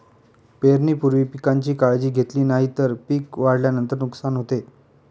पेरणीपूर्वी पिकांची काळजी घेतली नाही तर पिक वाढल्यानंतर नुकसान होते